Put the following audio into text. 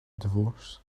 divorce